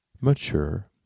mature